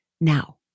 now